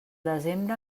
desembre